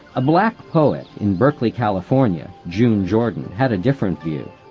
a black poet in berkeley, california, june jordan, had a different view